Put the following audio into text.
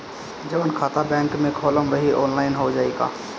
जवन खाता बैंक में खोलम वही आनलाइन हो जाई का?